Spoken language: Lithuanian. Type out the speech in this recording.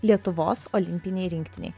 lietuvos olimpinei rinktinei